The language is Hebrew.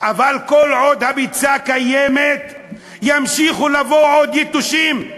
אבל כל עוד הביצה קיימת ימשיכו לבוא עוד יתושים.